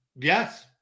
Yes